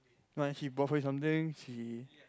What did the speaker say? no he bought for you something he